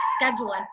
schedule